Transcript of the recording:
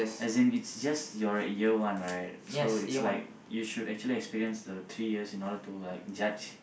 as in it's just your year one right so it's like you should actually experience the three years in order to like judge